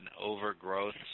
overgrowth